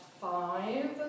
five